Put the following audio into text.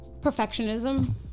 Perfectionism